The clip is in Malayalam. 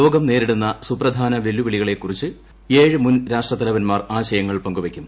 ലോകം നേരിടുന്ന സുപ്രധാന വെല്ലുവിളികളെക്കുറിച്ച് ഏഴ് മുൻ രാഷ്ട്രത്തലവന്മാർ ആശയങ്ങൾ പങ്കുവയ്ക്കും